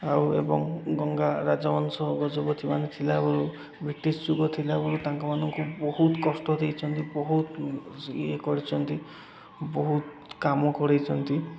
ଆଉ ଏବଂ ଗଙ୍ଗା ରାଜବଂଶ ଗଜପତି ମାନେ ଥିଲାବେଳୁ ବ୍ରିଟିଶ ଯୁଗ ଥିଲାବେଳୁ ତାଙ୍କମାନଙ୍କୁ ବହୁତ କଷ୍ଟ ଦେଇଛନ୍ତି ବହୁତ ଇଏ କରିଛନ୍ତି ବହୁତ କାମ କରାଇଛନ୍ତି